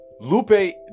Lupe